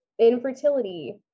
infertility